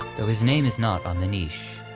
though his name is not on the niche.